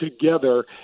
together